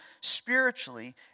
spiritually